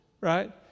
right